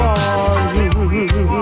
one